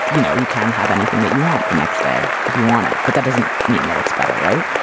you know, you can have anything that you want. the next day if you want it. but that doesn't mean that it's better. right.